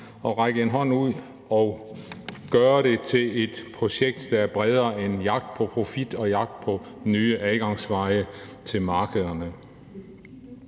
og række en hånd ud og gøre det til et projekt, der er bredere end jagten på profit og jagten på nye adgangsveje til markederne,